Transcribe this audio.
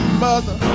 mother